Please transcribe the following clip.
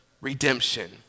redemption